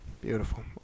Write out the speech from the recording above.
Beautiful